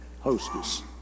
hostess